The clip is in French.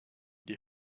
des